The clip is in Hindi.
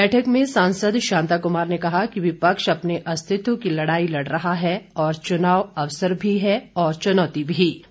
बैठक में सांसद शांता कुमार ने कहा कि विपक्ष अपने अस्तित्व की लड़ाई लड़ रहा है और चुनाव अवसर भी है चुनौती भी